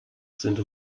sind